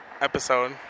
episode